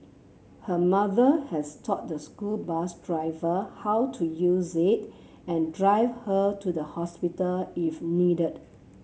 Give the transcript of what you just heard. her mother has taught the school bus driver how to use it and drive her to the hospital if needed